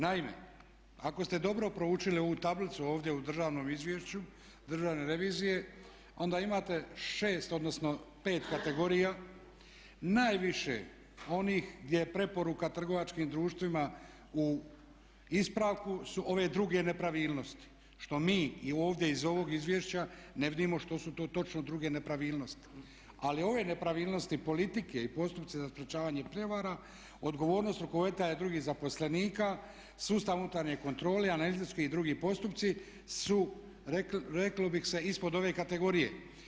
Naime, ako ste dobro proučili ovu tablicu ovdje u državnom izvješću Državne revizije onda imate 6 odnosno 5 kategorija najviše onih gdje je preporuka trgovačkim društvima u ispravku su ove druge nepravilnosti što mi i ovdje iz ovog izvješća ne vidimo što su to točno druge nepravilnosti ali ove nepravilnosti politike i postupci za sprječavanje prijevara, odgovornost rukovoditelja i drugih zaposlenika, sustav unutarnje kontrole, analitički i drugi postupci su reklo bi se ispod ove kategorije.